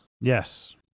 Yes